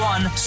One